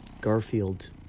Garfield